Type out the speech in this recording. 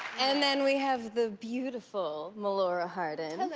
and then we have the beautiful melora hardin. and